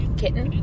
kitten